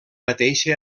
mateixa